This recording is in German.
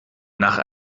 nach